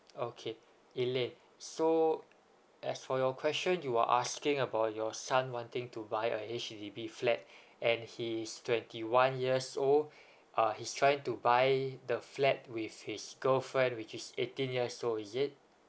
okay elaine so as for your question you are asking about your son wanting to buy a H_D_B flat and he is twenty one years old uh he's trying to buy the flat with his girlfriend which is eighteen years old is it